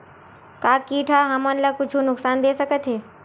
का कीट ह हमन ला कुछु नुकसान दे सकत हे?